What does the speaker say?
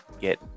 get